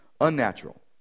unnatural